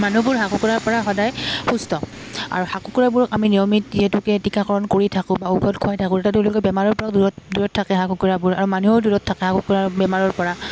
মানুহবোৰ হাঁহ কুকুুৰাৰপৰা সদায় সুস্থ আৰু হাঁহ কুকুৰাবোৰক আমি নিয়মিত যিহেতুকে টিকাকৰণ কৰি থাকোঁ বা ঔষধ খুৱাই থাকোঁ তেতিয়া তেওঁলোকে বেমাৰৰপৰাও দূৰত দূৰত থাকোঁ হাঁহ কুকুৰাবোৰ আৰু মানুহেও দূৰত থাকে হাঁহ কুকুৰাৰ বেমাৰৰপৰা